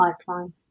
pipeline